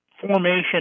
formation